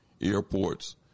airports